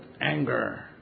anger